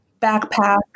backpack